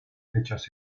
fechas